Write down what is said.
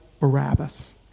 Barabbas